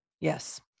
Yes